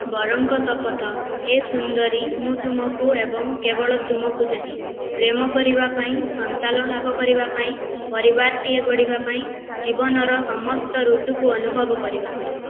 ବରଙ୍କ ଶପଥ ହେ ସୁନ୍ଦରୀ ମୁଁ ତୁମକୁ ଏବଂ କେବଳ ତୁମକୁ ଚାହେଁ ପ୍ରେମ କରିବା ପାଇଁ ସନ୍ତାନ ଲାଭ କରିବା ପାଇଁ ପରିବାରଟିଏ ଗଢ଼ିବା ପାଇଁ ଜୀବନର ସମସ୍ତ ଋତୁକୁ ଅନୁଭବ କରିବା ପାଇଁ